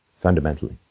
fundamentally